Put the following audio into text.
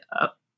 up